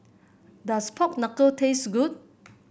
does Pork Knuckle taste good